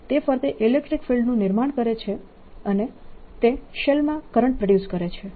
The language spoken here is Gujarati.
તે ફરતે ઇલેક્ટ્રીક ફિલ્ડનું નિર્માણ કરે છે અને તે શેલમાં કરંટ પ્રોડ્યુસ કરે છે